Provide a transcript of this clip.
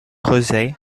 josé